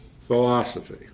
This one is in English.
philosophy